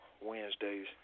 Wednesdays